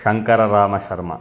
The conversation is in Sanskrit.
शङ्कररामशर्मा